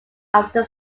after